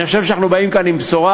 אני חושב שאנחנו באים פה עם בשורה.